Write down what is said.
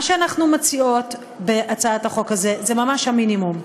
מה שאנחנו מציעות בהצעת החוק הזאת זה ממש המינימום,